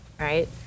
right